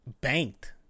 banked